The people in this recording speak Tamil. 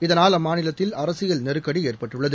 இதனால் அம்மாநிலத்தில் அரசியல் நெருக்கடி ஏற்பட்டுள்ளது